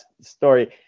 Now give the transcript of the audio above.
story